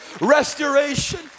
restoration